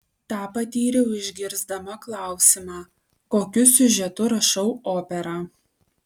tą patyriau išgirsdama klausimą kokiu siužetu rašau operą